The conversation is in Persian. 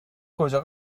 کجا